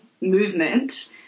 movement